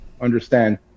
understand